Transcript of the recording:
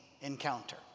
encounter